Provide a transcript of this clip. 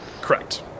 Correct